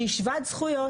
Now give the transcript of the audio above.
שהיא שוות זכויות,